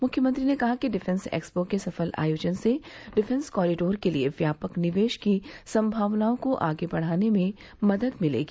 मुख्यमंत्री ने कहा कि डिफेंस एक्सपो के सफल आयोजन से डिफेंस कॉरिडोर के लिये व्यापक निवेश की संभावनाओं को आगे बढ़ाने में मदद मिलेगी